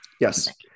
yes